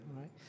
right